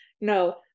No